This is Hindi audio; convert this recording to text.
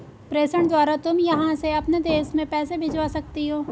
प्रेषण द्वारा तुम यहाँ से अपने देश में पैसे भिजवा सकती हो